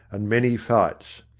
and many fights.